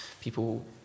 people